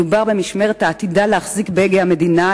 מדובר במשמרת העתידה להחזיק בהגה המדינה,